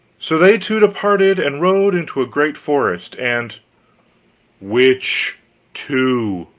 so they two departed and rode into a great forest. and which two?